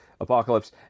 Apocalypse